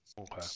Okay